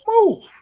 move